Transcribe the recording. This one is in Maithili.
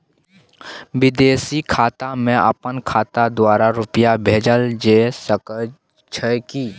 विदेशी खाता में अपन खाता द्वारा रुपिया भेजल जे सके छै की?